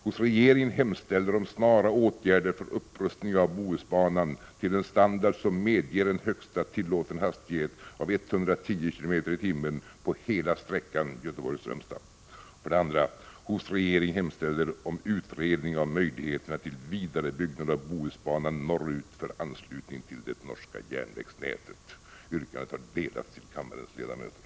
För att komma in på rätt plats har jag blivit tvungen att använda rubriken ”beträffande västkustbanan” men sedan har jag sett till att få in ordet Bohusbanan. Yrkandet lyder: Yrkandet har delats till kammarens ledamöter.